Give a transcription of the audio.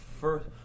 First